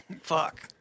Fuck